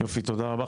תודה רבה.